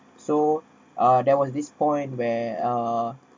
so uh there was this point where err